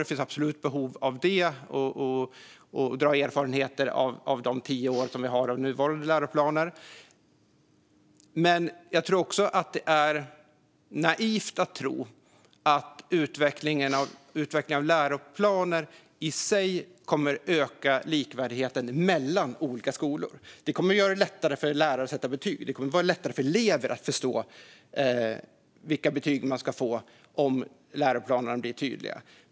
Det finns absolut behov av detta och av att dra lärdom av de tio års erfarenhet vi har av nuvarande läroplaner. Jag tror dock att det är naivt att tro att utvecklingen av läroplaner i sig kommer att öka likvärdigheten mellan olika skolor. Detta kommer att göra det lättare för lärare att sätta betyg, och det kommer att vara lättare för elever att förstå vilka betyg de ska få om läroplanerna blir tydliga.